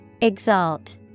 Exalt